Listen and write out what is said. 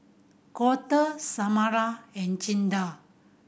Colter Samara and Jinda